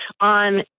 on